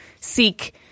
seek